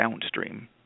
downstream